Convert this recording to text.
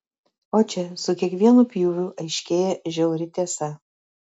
o čia su kiekvienu pjūviu aiškėja žiauri tiesa